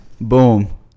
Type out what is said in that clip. Boom